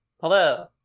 Hello